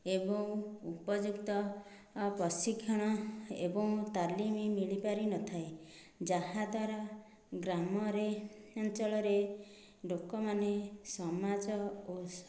ଏବଂ ଉପଯୁକ୍ତ ପ୍ରଶିକ୍ଷଣ ଏବଂ ତାଲିମ ମିଳିପାରିନଥାଏ ଯାହା ଦ୍ୱାରା ଗ୍ରାମରେ ଅଞ୍ଚଳରେ ଲୋକମାନେ ସମାଜ ଓ